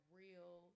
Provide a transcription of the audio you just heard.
real